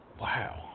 Wow